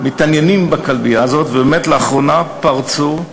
מתעניינים בכלבייה הזאת, ובאמת לאחרונה פרצו לשם